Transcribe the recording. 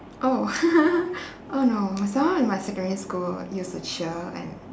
oh oh no someone in my secondary school used to cheer and